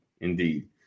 indeed